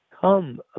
come